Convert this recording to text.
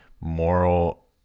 moral